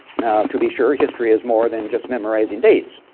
now to be sure history is more than just memorizing dates,